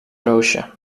roosje